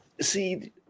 see